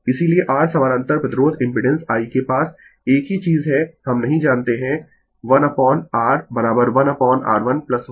इसीलिये r समानांतर प्रतिरोध इम्पिडेंस I के पास एक ही चीज है हम नहीं जानते है 1 upon r1 upon r11 upon r2